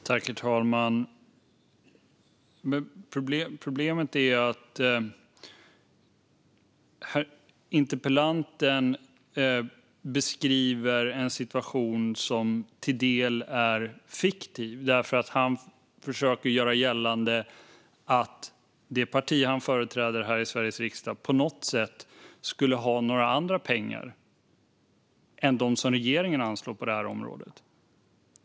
Herr ålderspresident! Problemet är att interpellanten beskriver en situation som till del är fiktiv, för han försöker göra gällande att det parti som han företräder här i Sveriges riksdag på något sätt skulle ha några andra pengar än de som regeringen anslår på området.